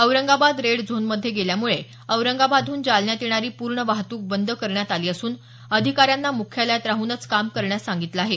Aurangabad red झोनमध्ये गेल्यामुळे औरंगाबादहन जालन्यात येणारी पूर्ण वाहतुक बंद करण्यात आली असून अधिकाऱ्यांना मुख्यालयात राहूनच काम करण्यास सांगितलं आहे